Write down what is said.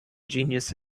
genius